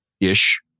ish